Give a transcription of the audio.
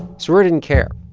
sroor didn't care.